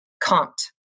Compt